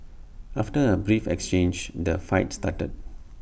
after A brief exchange the fight started